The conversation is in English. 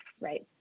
right